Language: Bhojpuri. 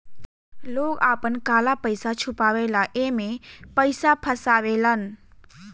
लोग आपन काला पइसा छुपावे ला एमे पइसा फसावेलन